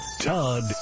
Todd